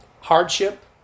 Hardship